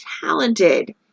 talented